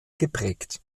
geprägt